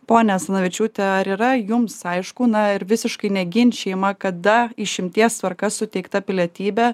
ponia asanavičiūte ar yra jums aišku na ir visiškai neginčijama kada išimties tvarka suteiktą pilietybę